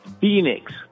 Phoenix